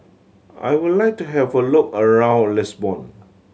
I would like to have a look around Lisbon